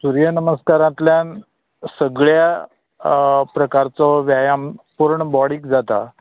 सुर्य नमस्कारांतल्यान सगळ्यां प्रकारचो व्यायाम पूर्ण बोडीक जाता